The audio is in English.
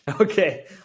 Okay